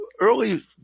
early